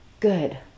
good